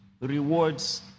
rewards